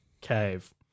cave